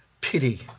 pity